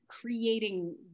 creating